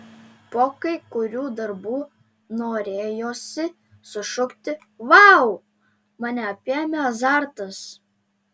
po kai kurių darbų norėjosi sušukti vau mane apėmė azartas